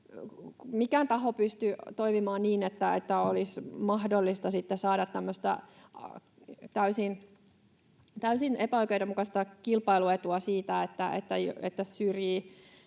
mikään taho pystyy toimimaan niin, että olisi mahdollista sitten saada tämmöistä täysin epäoikeudenmukaista kilpailuetua siitä, että syrjii